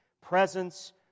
presence